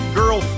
girl